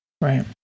Right